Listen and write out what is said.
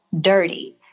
dirty